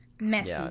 Messy